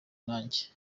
nanjye